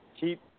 keep